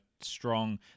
strong